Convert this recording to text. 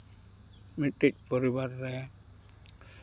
ᱢᱤᱫᱴᱤᱡ ᱯᱚᱨᱤᱵᱟᱨ ᱨᱮ